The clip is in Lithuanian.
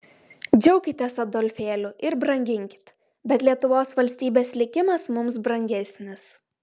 džiaukitės adolfėliu ir branginkit bet lietuvos valstybės likimas mums brangesnis